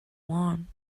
want